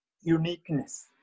uniqueness